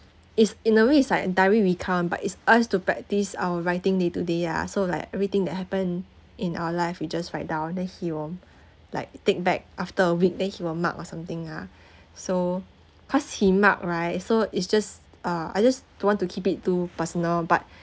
it's in a way it's like a diary recount but it's us to practice our writing day to day ah so like everything that happened in our life we just write down then he will like take back after a week then he will mark or something ah so cause he mark right so it's just uh I just don't want to keep it too personal but